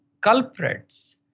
culprits